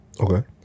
Okay